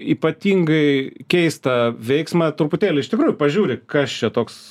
ypatingai keistą veiksmą truputėlį iš tikrųjų pažiūri kas čia toks